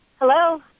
Hello